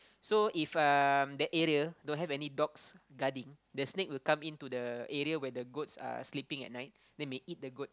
so if um that area don't have any dogs guarding the snake will come into the area where the goats are sleeping at night then may eat the goat